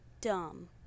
Dumb